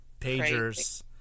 Pagers